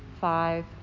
five